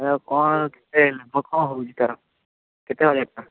ହଁ କ'ଣ ସେ ଲାଭ କ'ଣ ହେଉଛି ତା'ର କେତେ ହଜାର ଟଙ୍କା